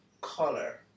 color